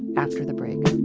after the break.